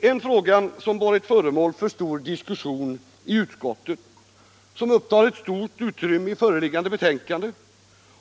En fråga som varit föremål för stor diskussion i utskottet, som upptar ett stort utrymme i föreliggande betänkande